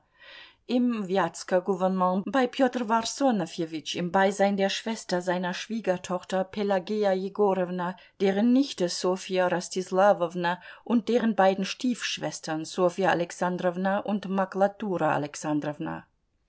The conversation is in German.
im wjatsker gouvernement bei pjotr warssonofjewitsch im beisein der schwester seiner schwiegertochter pelageja jegorowna deren nichte ssofja rostislawowna und deren beiden stiefschwestern ssofja alexandrowna und